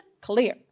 clear